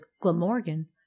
Glamorgan